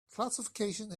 classification